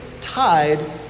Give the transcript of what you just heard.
tied